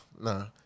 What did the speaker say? no